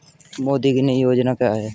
मोदी की नई योजना क्या है?